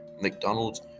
McDonald's